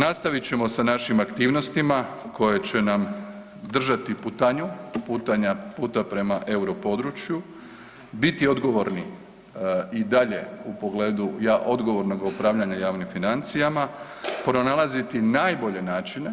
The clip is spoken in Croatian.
Nastavit ćemo sa našim aktivnostima koje će nam držati putanju, putanja puta prema europodručju, biti odgovorni i dalje u pogledu odgovornoga upravljanja javnim financijama, pronalaziti najbolje načine